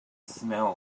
smell